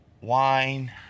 wine